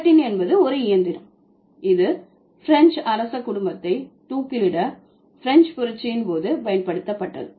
guillotine என்பது ஒரு இயந்திரம் இது பிரெஞ்சு அரச குடும்பத்தை தூக்கிலிட பிரெஞ்சு புரட்சியின் போது பயன்படுத்தப்பட்டது